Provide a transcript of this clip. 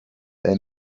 they